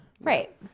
Right